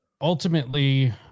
ultimately